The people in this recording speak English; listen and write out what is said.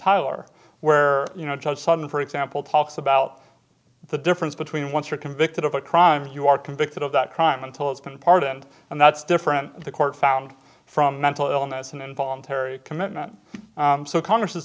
tyler where you know judge sun for example talks about the difference between once you're convicted of a crime you are convicted of that crime until it's been pardoned and that's different the court found from mental illness an involuntary commitment so congress has